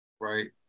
right